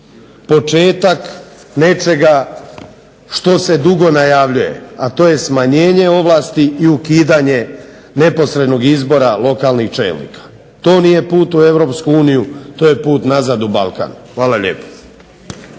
početak nečega što se dugo najavljuje, a to je smanjenje ovlasti i ukidanje neposrednog izbora lokalnih čelnika. To nije put u Europsku uniju, to je put nazad u Balkan. Hvala lijepo.